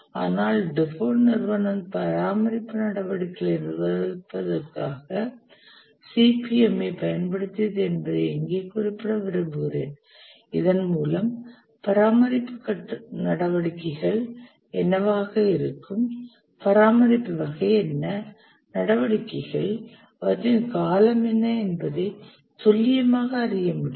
ஆனால் டுபோன்ட் நிறுவனம் பராமரிப்பு நடவடிக்கைகளை நிர்வகிப்பதற்காக CPM ஐ பயன்படுத்தியது என்பதை இங்கே குறிப்பிட விரும்புகிறேன் இதன் மூலம் பராமரிப்பு நடவடிக்கைகள் என்னவாக இருக்கும் பராமரிப்பு வகை என்ன நடவடிக்கைகள் அவற்றின் காலம் என்ன என்பதை துல்லியமாக அறிய முடியும்